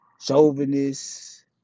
chauvinist